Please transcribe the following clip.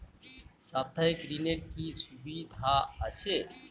সাপ্তাহিক ঋণের কি সুবিধা আছে?